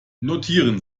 notieren